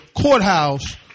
courthouse